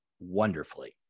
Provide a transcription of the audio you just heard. wonderfully